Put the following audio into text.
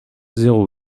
zéro